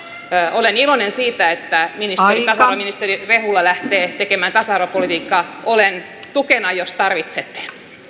olen iloinen siitä että tasa arvoministeri rehula lähtee tekemään tasa arvopolitiikkaa olen tukena jos tarvitsette